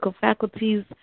faculties